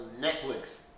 Netflix